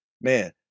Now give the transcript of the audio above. man